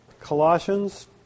Colossians